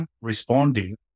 responding